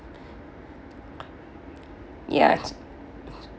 yes